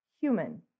human